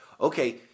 okay